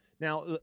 Now